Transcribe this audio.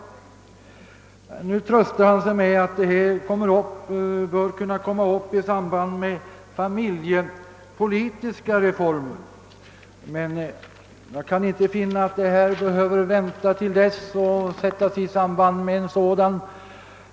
Sedan tröstar sig herr Gomér med att denna fråga bör kunna komma upp i samband med de familjepolitiska reformerna, men jag kan inte finna att lösningen bör anstå till dess eller att dessa två frågor i övrigt skall sättas i samband med varandra.